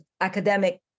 academic